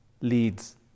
leads